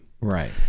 Right